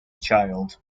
child